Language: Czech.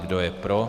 Kdo je pro?